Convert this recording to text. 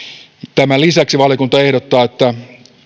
tämän lisäksi valiokunta ehdottaa että